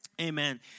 Amen